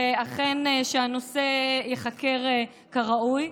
ושאכן הנושא ייחקר כראוי.